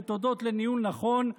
ותודות לניהול נכון,